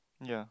ya